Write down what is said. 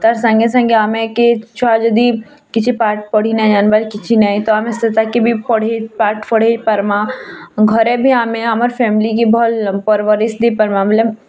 ତାର୍ ସାଙ୍ଗେ ସାଙ୍ଗେ ଆମେ କି ଛୁଆ ଯଦି କିଛି ପାଠ୍ ପଢ଼ି ନାହିଁ ଆମ କିଛି ନାହିଁ ତ ଆମେ ସେଇଟା କି ପଢ଼େଇ ପାଠ୍ ପଢ଼େଇ ପାର୍ମାଁ ଘରେ ବି ଆମେ ଆମର୍ ଫ୍ୟାମିଲି କେ ଭଲ୍ ପର୍ବରିଶ୍ ଦେଇ ପାରିବାଁ